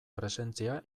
presentzia